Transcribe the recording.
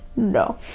no.